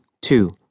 two